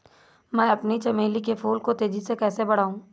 मैं अपने चमेली के फूल को तेजी से कैसे बढाऊं?